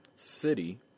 city